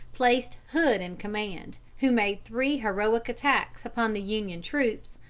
placed hood in command, who made three heroic attacks upon the union troops,